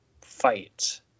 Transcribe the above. fight